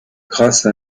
grâce